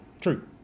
True